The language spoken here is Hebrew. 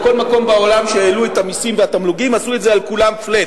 בכל מקום בעולם שהעלו את המסים והתמלוגים עשו את זה על כולם flat,